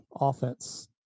offense